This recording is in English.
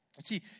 See